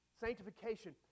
Sanctification